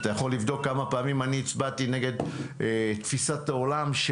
אתה יכול לבדוק כמה פעמים אני הצבעתי נגד תפיסת העולם,